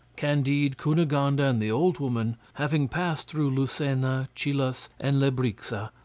candide, cunegonde, and the old woman, having passed through lucena, chillas, and lebrixa,